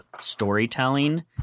storytelling